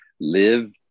live